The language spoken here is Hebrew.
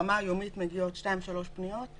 ברמה היומית מגיעות שתיים-שלוש פניות,